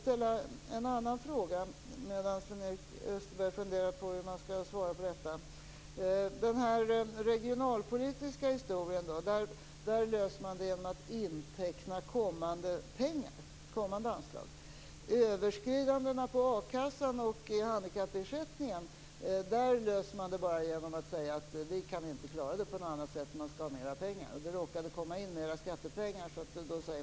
Medan Sven-Erik Österberg funderar på hur han skall svara på detta vill jag ta upp en annan fråga, nämligen den här regionalpolitiska historien. De problemen löser man genom att inteckna kommande anslag. Överskridandena i a-kassan och handikappersättningen löser man bara genom att säga att man inte kan klara det på något annat sätt än genom mera pengar, och det råkade komma in mer skattepengar.